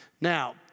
Now